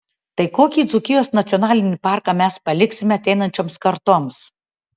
tai kokį dzūkijos nacionalinį parką mes paliksime ateinančioms kartoms